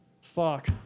Fuck